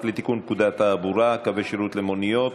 לתיקון פקודת התעבורה (מס' 117) (קווי שירות למוניות),